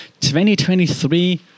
2023